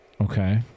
okay